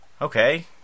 Okay